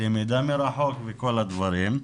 למידה מרחוק וכל הדברים.